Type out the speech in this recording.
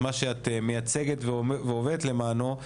ביותר את מה שאת מייצגת ועובדת למענו.